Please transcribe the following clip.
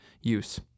use